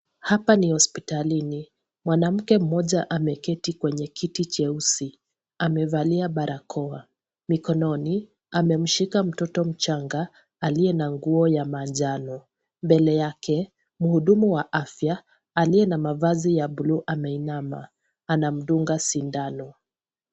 Hapa ni hospitalini. Mwanamke mmoja ameketi kwenye kiti cheusi. Amevalia barakoa. Mikononi amemshika mtoto mchanga aliye na nguo ya manjano. Mbele yake, mhudhumu wa afya aliye na mavazi ya blue ameinama anamdunga sindano.